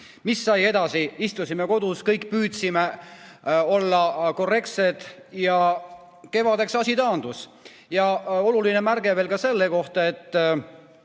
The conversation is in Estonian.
Mis sai edasi? Istusime kodus, püüdsime kõik olla korrektsed ja kevadeks asi taandus. Oluline märge veel ka selle kohta, et